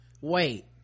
Wait